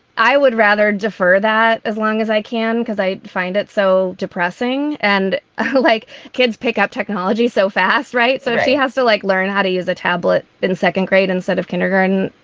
i would rather defer that as long as i can because i find it so depressing. and i like kids, pick up technology so fast. right. so she has to like, learn how to use a tablet in second grade instead of kindergarten.